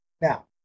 Now